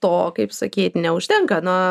to kaip sakyt neužtenka na